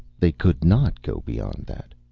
they could not go beyond that.